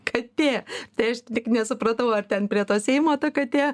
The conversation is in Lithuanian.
katė tai aš tik nesupratau ar ten prie to seimo ta katė